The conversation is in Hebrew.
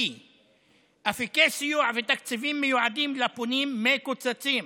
אפיקי סיוע ותקציבים שמיועדים לפונים מקוצצים.